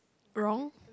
wrong